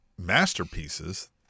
masterpieces